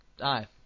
Aye